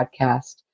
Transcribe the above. Podcast